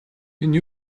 энэ